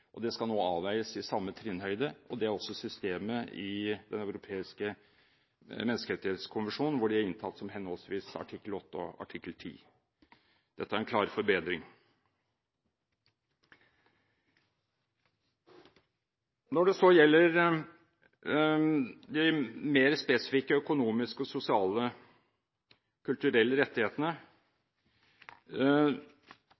privatliv. Det skal nå avveies i samme trinnhøyde. Det er også systemet i Den europeiske menneskerettighetskonvensjon, hvor det er inntatt som henholdsvis artikkel 8 og artikkel 10. Dette er en klar forbedring. Når det så gjelder de mer spesifikke økonomiske, sosiale og kulturelle rettighetene,